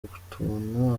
utuntu